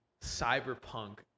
cyberpunk